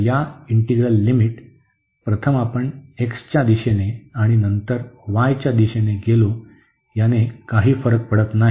तर या integral limit प्रथम आपण x च्या दिशेने आणि नंतर y च्या दिशेने गेलो याने काही फरक पडत नाही